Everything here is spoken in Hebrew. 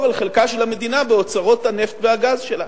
על חלקה של המדינה באוצרות הנפט והגז שלה.